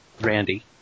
Randy